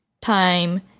time